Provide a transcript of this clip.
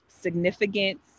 significance